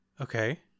okay